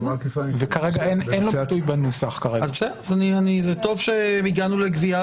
וכרגע בנוסח אין לזה ביטוי.